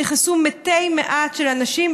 נכנסו מתי מעט של אנשים,